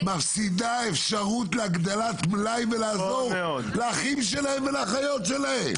מפסידה אפשרות להגדלת מלאי ולעזור לאחים שלהם ולאחיות שלהם.